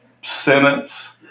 sentence